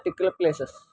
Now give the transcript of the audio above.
particular places